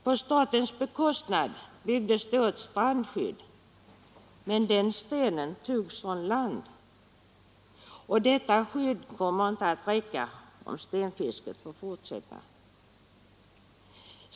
På statens bekostnad byggdes då ett strandskydd, men den stenen togs från land, och detta skydd kommer inte att räcka om stenfisket får fortsätta.